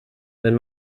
wenn